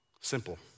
Simple